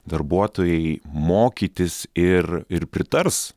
darbuotojai mokytis ir ir pritars